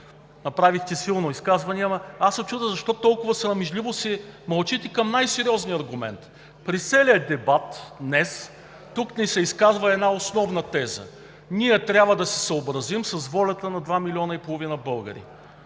Направихте силно изказване, но аз се чудя защо толкова срамежливо си мълчите по най-сериозния аргумент. През целия дебат днес тук се изказва една основна теза. Ние трябва да се съобразим с волята на два милиона и половина българи.